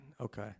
okay